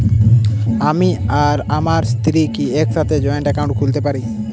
আমি আর আমার স্ত্রী কি একসাথে জয়েন্ট অ্যাকাউন্ট খুলতে পারি?